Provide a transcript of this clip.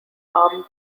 arm